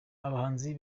abahanzi